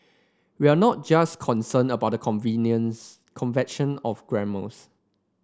we're not just concerned about the convenience convention of grammars